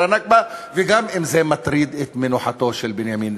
הנכבה וגם אם זה מטריד את מנוחתו של בנימין נתניהו.